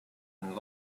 and